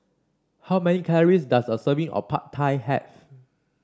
how many calories does a serving of Pad Thai have